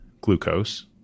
glucose